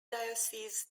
diocese